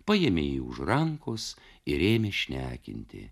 paėmė jį už rankos ir ėmė šnekinti